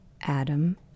Adam